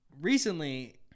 recently